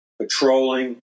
patrolling